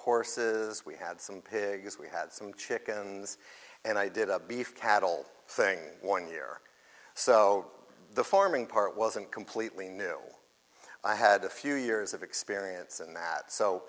horses we had some pigs we had some chickens and i did up beef cattle thing one year so the farming part wasn't completely new i had a few years of experience in that so